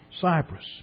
Cyprus